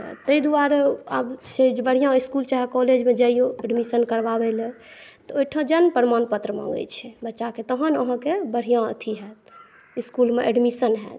तऽ तैं दुआरे आब छै जे बढ़िआ इसकुल चाहे कॉलेजमे जइयो एडमिसन करबाबे लए तऽ ओहिठाम जन्म प्रमाणपत्र माँगै छै बच्चाके तहन अहाँके बढ़िआँ अथी हैत इसकुलमे एडमिसन हैत